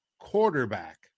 quarterback